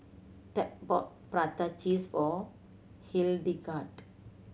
Tab bought prata cheese for Hildegard